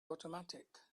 automatic